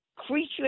creature